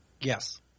yes